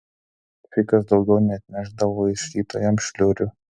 fikas daugiau neatnešdavo iš ryto jam šliurių